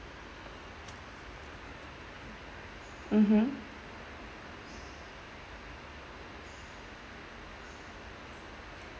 mmhmm